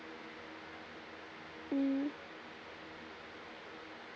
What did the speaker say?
mm